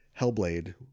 Hellblade